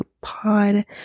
pod